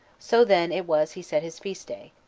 so then it was he set his feast-day.